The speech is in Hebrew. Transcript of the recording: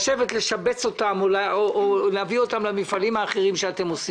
לשבץ אותם או להביא אותם למפעלים האחרים שיש לכם.